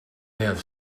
have